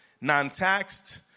Non-taxed